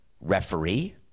referee